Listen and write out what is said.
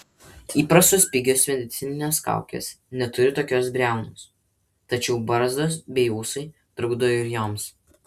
įprastos pigios medicininės kaukės neturi tokios briaunos tačiau barzdos bei ūsai trukdo ir joms